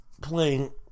playing